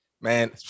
Man